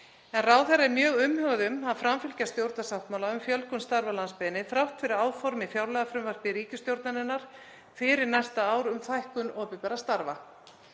Ráðherra er mjög umhugað um að framfylgja stjórnarsáttmálanum um fjölgun starfa á landsbyggðinni þrátt fyrir áform í fjárlagafrumvarpi ríkisstjórnarinnar fyrir næsta ár um fækkun opinberra starfa.